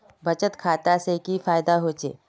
बचत खाता से की फायदा होचे?